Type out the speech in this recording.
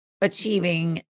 achieving